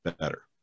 better